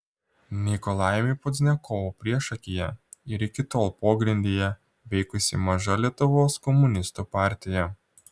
nikolajumi pozdniakovu priešakyje ir iki tol pogrindyje veikusi maža lietuvos komunistų partija